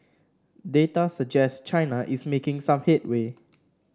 data suggest China is making some headway